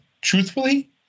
truthfully